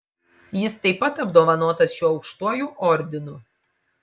jis taip pat apdovanotas šiuo aukštuoju ordinu